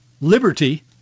liberty